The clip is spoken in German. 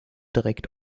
direkt